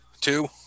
Two